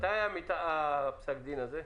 ממתי פסק הדין הזה?